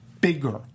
bigger